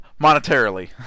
Monetarily